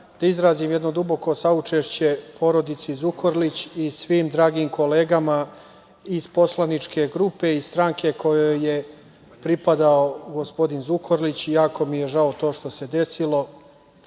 da izrazim jedno duboko saučešće porodici Zukorlić i svim dragim kolegama iz poslaničke grupe i stranke kojoj je pripadao gospodin Zukorlić. Jako mi je žao što se to desilo.